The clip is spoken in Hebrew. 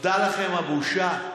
אבדה לכם הבושה.